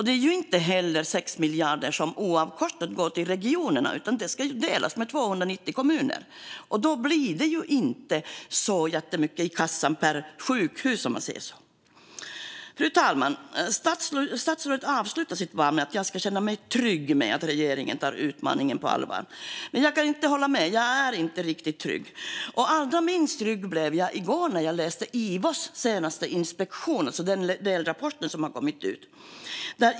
Det är inte heller 6 miljarder som oavkortat går till regionerna, utan det ska delas med 290 kommuner. Då blir det inte så jättemycket i kassan per sjukhus. Fru talman! Statsrådet avslutar sitt anförande med att säga att jag ska känna mig trygg med att regeringen tar frågan på allvar. Men jag kan inte hålla med. Jag är inte riktigt trygg. Allra minst trygg blev jag i går när jag läste om Ivos senaste inspektion i den delrapport som har kommit ut.